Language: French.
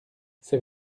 c’est